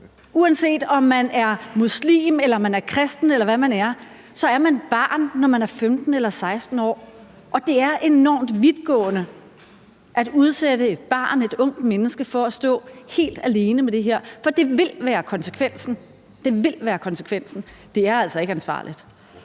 Uanset om man er muslim eller kristen, eller hvad man er, så er man barn, når man er 15 eller 16 år. Og det er enormt vidtgående at udsætte et barn, et ungt menneske for at stå helt alene med det her, for det vil være konsekvensen – det vil være konsekvensen.